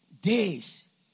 days